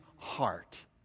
heart